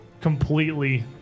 completely